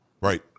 Right